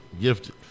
Gifted